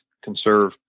conserve